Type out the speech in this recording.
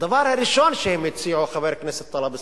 הדבר הראשון שהן הציעו, חבר הכנסת טלב אלסאנע,